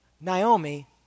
Naomi